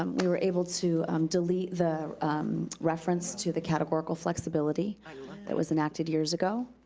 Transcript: um we were able to um delete the reference to the categorical flexibility that was enacted years ago.